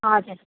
हजुर